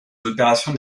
opérations